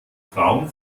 traum